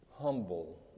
humble